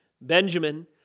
Benjamin